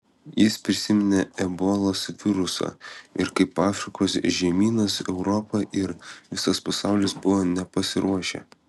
jis prisiminė ebolos virusą ir kaip afrikos žemynas europa ir visas pasaulis buvo nepasiruošę